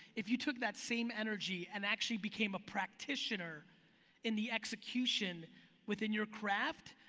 if you took that same energy and actually became a practitioner in the execution within your craft,